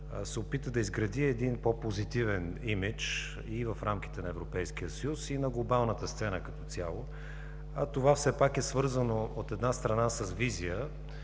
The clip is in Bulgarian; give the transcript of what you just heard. се опита да изгради един по-позитивен имидж и в рамките на Европейския съюз, и на глобалната сцена като цяло, а това все пак е свързано, от една страна, с визия,